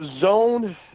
zone